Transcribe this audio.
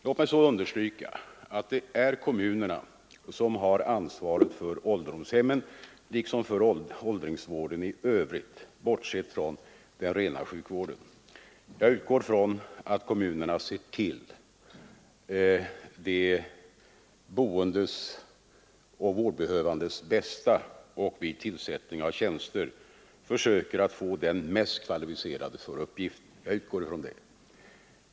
Låt mig understryka att det är kommunerna som har ansvaret för ålderdomshemmen liksom för åldringsvården i övrigt bortsett från den rena sjukvården. Jag utgår från att kommunerna ser till de boendes och vårdbehövandes bästa och vid tillsättning av tjänster försöker att få den mest kvalificerade för uppgiften.